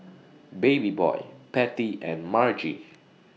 Babyboy Patty and Margy